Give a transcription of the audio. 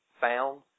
found